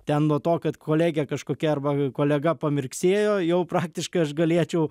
ten nuo to kad kolegė kažkokia arba kolega pamirksėjo jau praktiškai aš galėčiau